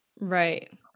Right